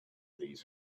these